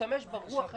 להשתמש ברוח היזמית.